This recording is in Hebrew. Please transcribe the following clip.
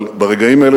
אבל ברגעים האלה,